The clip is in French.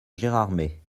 gérardmer